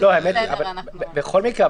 בכל מקרה,